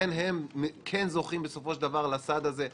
לכן הם כן זוכים בסופו של דבר לסעד הזה.